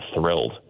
thrilled